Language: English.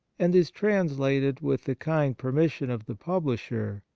and is translated with the kind permission of the publisher,